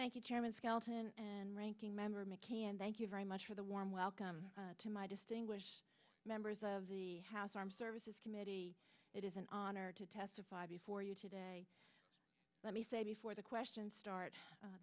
ranking member mccain and thank you very much for the warm welcome to my distinguished members of the house armed services committee it is an honor to testify before you today let me say before the question start